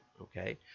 okay